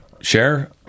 share